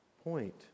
Point